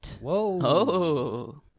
Whoa